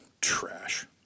Trash